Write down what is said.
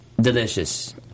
Delicious